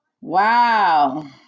Wow